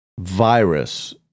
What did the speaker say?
virus